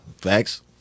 Facts